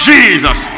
Jesus